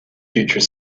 future